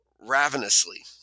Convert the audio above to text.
ravenously